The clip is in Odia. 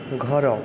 ଘର